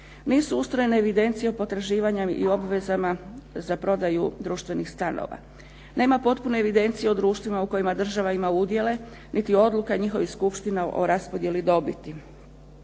Nisu ustrojene evidencije o potraživanjem i obvezama za prodaju društvenih stanova. Nema potpune evidencije u društvima u kojima država ima udjele, niti odluka njihovih skupština o raspodjeli dobiti.